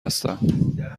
هستم